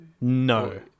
No